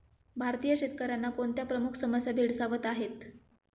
भारतीय शेतकऱ्यांना कोणत्या प्रमुख समस्या भेडसावत आहेत?